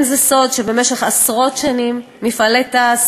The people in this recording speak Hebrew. זה לא סוד שבמשך עשרות שנים מפעלי תע"ש